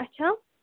اچھا